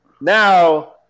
Now